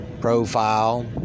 profile